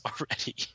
already